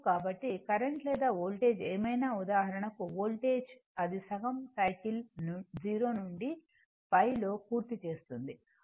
కాబట్టి కరెంట్ లేదా వోల్టేజ్ ఏమైనా ఉదాహరణకు వోల్టేజ్ అది సగం సైకిల్ 0 నుండి π లో పూర్తి చేస్తోంది